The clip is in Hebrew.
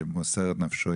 שמוסר את נפשו,